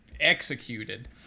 executed